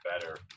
better